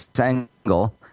angle